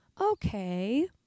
okay